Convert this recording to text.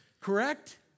correct